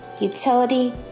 utility